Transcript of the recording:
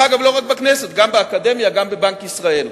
אגב, לא רק בכנסת, גם באקדמיה, גם בבנק ישראל.